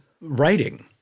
writing